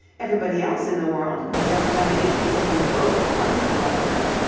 everybody else in the world who has ever done anything has been broke at one time or another.